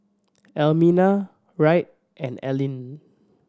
Almina Wright and Allyn